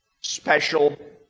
special